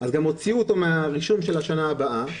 אז גם הוציאו אותו מהרישום של השנה הבאה.